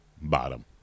bottom